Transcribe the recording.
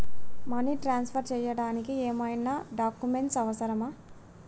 Money transfer చేయడానికి ఏమైనా documents అవసరమా?